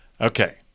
Okay